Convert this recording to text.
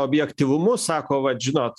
objektyvumu sako vat žinot